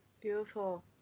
Beautiful